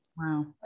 wow